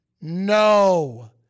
no